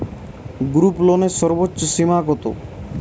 গ্রুপলোনের সর্বোচ্চ সীমা কত?